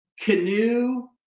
canoe